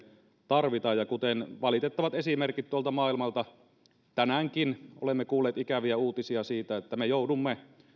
tarvitaan ja kuten valitettavat esimerkit tuolta maailmalta osoittavat tänäänkin olemme kuulleet ikäviä uutisia me joudumme